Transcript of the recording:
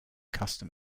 custom